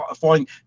falling